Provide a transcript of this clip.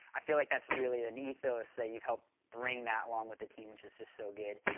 i feel like that's really an ethos that you've helped bring that along with the team which is just so good.